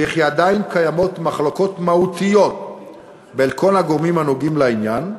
וכי עדיין קיימות מחלוקות מהותיות בין כל הגורמים הנוגעים בעניין,